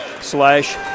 slash